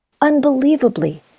unbelievably